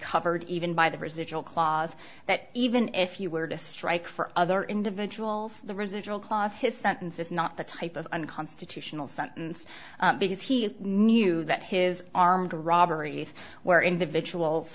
covered even by the residual clause that even if you were to strike for other individuals the residual clause his sentence is not the type of unconstitutional sentence because he knew that his armed robberies where individuals